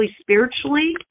spiritually